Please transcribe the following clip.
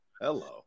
hello